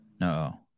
No